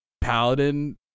Paladin